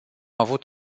avut